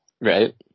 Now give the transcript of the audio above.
Right